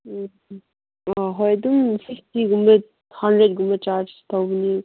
ꯎꯝ ꯑꯣ ꯍꯣꯏ ꯑꯗꯨꯝ ꯁꯤꯛꯁꯇꯤꯒꯨꯝꯕ ꯍꯟꯗ꯭ꯔꯦꯗꯒꯨꯝꯕ ꯆꯥꯔꯖ ꯇꯧꯒꯅꯤ